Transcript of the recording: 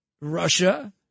Russia